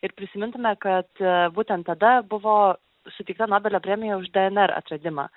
ir prisimintume kad būtent tada buvo suteikta nobelio premija už dnr atradimą